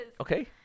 okay